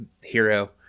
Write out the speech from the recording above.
Hero